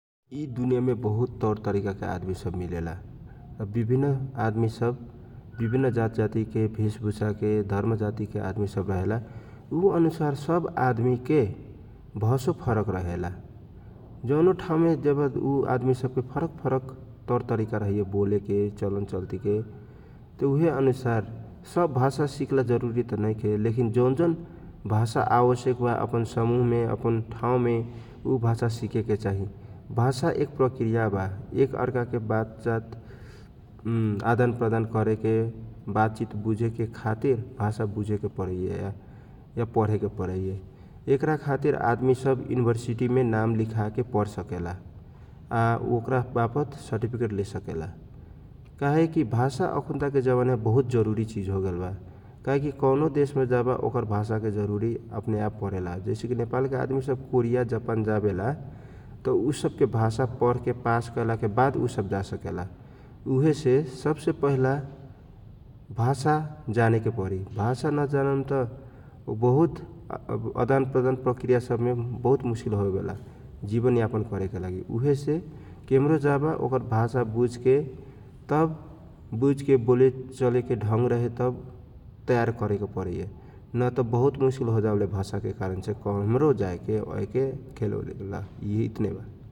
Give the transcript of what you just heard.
यि दुनिया मे बहुत तौरतरीकाके आदमी सब मिलेला । आ विभिन्न आदमी सब, विभिन्न जातजाती के भेष भुषा धर्म जातिके आदमी सब रहेला । ऊ अनुसारसे सब आदमी के भषो फरक रहेला जौनो ठाउँमे ऊ आदमी ज्यबा ऊ आदमी सबके फरक फरक तौरतरीका रही बोलेके चलनचल्तीके त उहे अनुसार सब भाषा सिकला जरुरी भी त नैरवे लेकिन जौन जौन भाषा आवश्यक बा अपन समूह मे अपन ठाउँमे ऊ भाषा सिक्क के चाहि । भाषा एक प्रकृया वा एक अर्का के बात जात आदान प्रदान करेके बात चित बुझेके खातिर भाषा बुझेके परेर या पढेको परैए । ऐकरा खातिर आदमी सब यूनिभरसिटीमे नाम लिखाके पर सकेला आ ऊ ओकरा वापत सटिफिकेट लेसकेला काहिकी भाषा अखुनता के जमाना मे बहुत जरूरी चिज होगेल बा काहेकी कौनो देश मे जयबा ओकर भाषाके जरुरी अपने आप परेला । नेपाल के आदमी सब कोरिया जापान जानेला त ऊ सब भाषा परके पास करोलाके वाद ऊ सब जा सकेला उहे से सबसे पहिला भाषा जाने के परी । भाष नजन्नालासे त बहुत आदन प्रदान प्रकृया सब मे बहुत मुस्किल होवेला जिवन यापन करेके लागि उहे से केमरो जाबा ओकर भाषा बुझके तब बुझके बोली चल्ली के ढङ्ग रहे तब तयार करेके परैए न त मुस्किल हाजावेला भाषाके कारण से केमरो जाएको ओएके, खेले ओहेला यतने बा ।